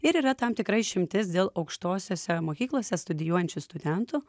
ir yra tam tikra išimtis dėl aukštosiose mokyklose studijuojančių studentų